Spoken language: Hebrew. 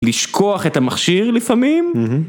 לשכוח את המכשיר לפעמים? אהה